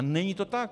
A není to tak.